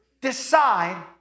decide